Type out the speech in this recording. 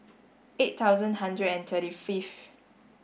eight thousand hundred and thirty fifth